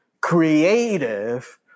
creative